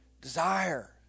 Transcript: desire